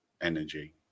energy